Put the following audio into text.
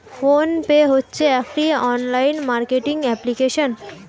phone pay হচ্ছে একটি online marketing application